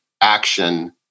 action